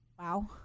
Wow